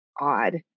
odd